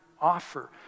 offer